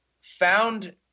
found